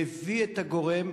מביא את הגורם,